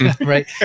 right